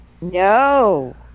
No